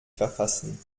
verfassen